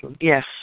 Yes